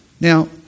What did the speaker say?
Now